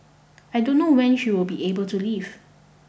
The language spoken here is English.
I don't know when she will be able to leave